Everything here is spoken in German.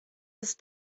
ist